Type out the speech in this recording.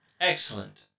Excellent